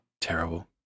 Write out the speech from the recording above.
Terrible